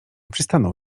przystanął